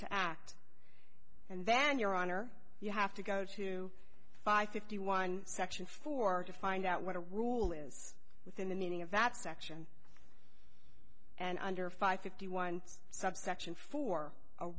to act and then your honor you have to go to five fifty one section four to find out what a rule is within the meaning of that section and under five fifty one subsection four a